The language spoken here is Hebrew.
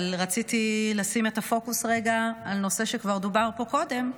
אבל רציתי לשים את הפוקוס רגע על נושא שכבר דובר פה קודם,